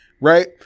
Right